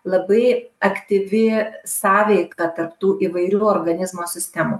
labai aktyvi sąveika tarp tų įvairių organizmo sistemų